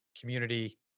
community